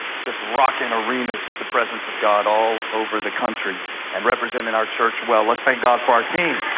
just rocking arenas with the presence of god all over the country and representing our church well, let's thank god for our team!